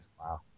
Wow